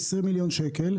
20 מיליון שקל,